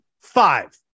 Five